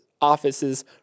office's